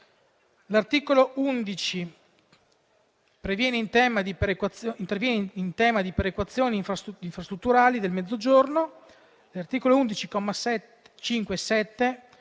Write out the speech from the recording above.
L'articolo 11 interviene in tema di perequazione infrastrutturale del Mezzogiorno.